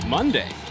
Monday